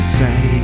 say